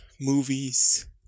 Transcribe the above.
movies